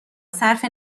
صرف